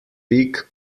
pick